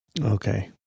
Okay